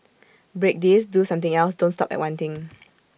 break this do something else don't stop at one thing